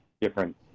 different